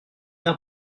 air